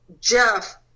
Jeff